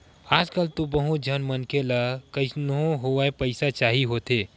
आजकल तो बहुत झन मनखे ल कइसनो होवय पइसा चाही होथे